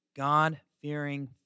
God-fearing